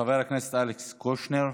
חבר הכנסת אלכס קושניר.